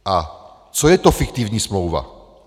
A co je to fiktivní smlouva?